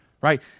right